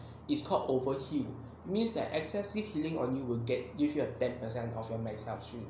it's called overheal means that excessive healing on you will get usually a ten percent of your max health